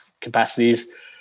capacities